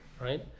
Right